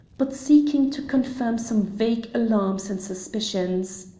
but seeking to confirm some vague alarms and suspicions.